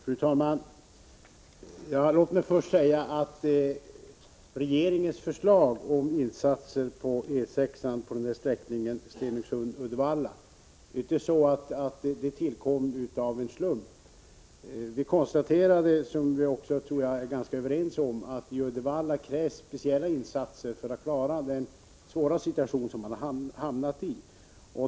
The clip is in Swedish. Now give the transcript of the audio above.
Fru talman! Låt mig först säga att regeringens förslag om insatser på E 6, sträckningen Stenungsund-Uddevalla, inte tillkom av en slump. Vi konstaterade — vilket jag tror att vi också är ganska överens om — att det i Uddevalla krävs speciella insatser för att man skall klara den svåra situation som man har hamnat i.